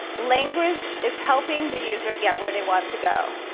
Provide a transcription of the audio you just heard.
language is helping the user get where they want to go,